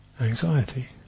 Anxiety